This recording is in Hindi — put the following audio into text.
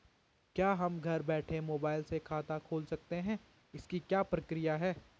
क्या हम घर बैठे मोबाइल से खाता खोल सकते हैं इसकी क्या प्रक्रिया है?